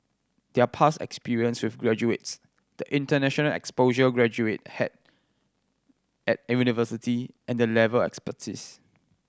their past experience with graduates the international exposure graduate had at university and the level expertise